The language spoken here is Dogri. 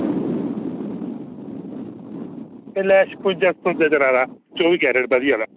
एले छपुंजा सतुंजा चला दा चौह्बी कैरट बधिया आह्ला